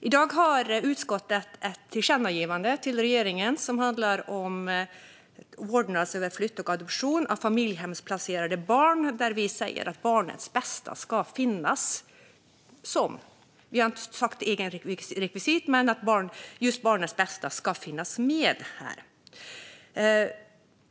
I dag föreslår utskottet ett tillkännagivande till regeringen som handlar om vårdnadsöverflytt och adoption av familjehemsplacerade barn, där vi säger att barnets bästa ska finnas med. Vi använder inte ordet "rekvisit", men vi menar att det ska finnas med här.